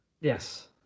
yes